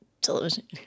Television